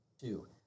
Two